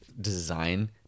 design